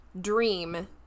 dream